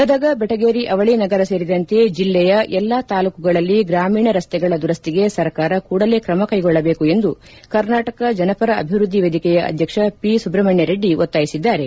ಗದಗ ಬೆಟಗೇರಿ ಅವಳಿ ನಗರ ಸೇರಿದಂತೆ ಜಿಲ್ಲೆಯ ಎಲ್ಲಾ ತಾಲ್ಲೂಕುಗಳಲ್ಲಿ ಗ್ರಾಮೀಣ ರಸ್ತೆಗಳ ದುರಸ್ತಿಗೆ ಸರ್ಕಾರ ಕೂಡಲೇ ಕ್ರಮಕೈಗೊಳ್ಳಬೇಕು ಎಂದು ಕರ್ನಾಟಕ ಜನಪರ ಅಭಿವೃದ್ದಿ ವೇದಿಕೆಯ ಅಧ್ಯಕ್ಷ ಪಿಸುಬ್ರಮಣ್ಯ ರೆಡ್ಡಿ ಒತ್ತಾಯಿಸಿದ್ದಾರೆ